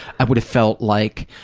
i would have felt like,